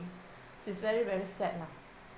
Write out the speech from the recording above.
it's very very sad lah